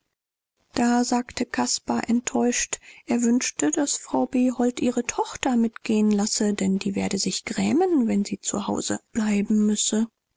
da sagte caspar enttäuscht er wünschte daß frau behold ihre tochter mitgehen lasse denn die werde sich grämen wenn sie zu hause bleiben müsse